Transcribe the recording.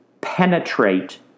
penetrate